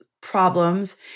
problems